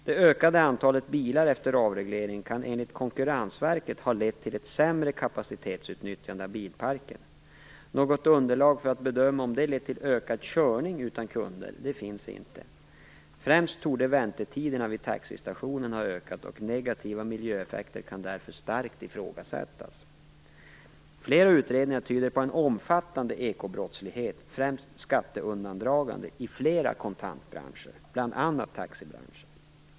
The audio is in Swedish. Det ökade antalet bilar efter avregleringen kan enligt Konkurrensverket ha lett till ett sämre kapacitetsutnyttjande av bilparken. Något underlag för att bedöma om det lett till ökad körning utan kunder finns inte. Främst torde väntetiderna vid taxistationen ha ökat och negativa miljöeffekter kan därför starkt ifrågasättas. Flera utredningar tyder på en omfattande ekobrottslighet, främst skatteundandragande, i flera kontantbranscher, bl.a. taxibranschen.